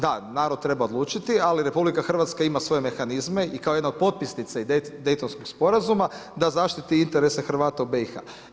Da, narod treba odlučiti ali RH ima svoje mehanizme i kao jedna od potpisnica daytonskog sporazuma da zaštiti interese Hrvata u BIH.